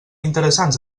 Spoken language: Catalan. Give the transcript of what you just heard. interessants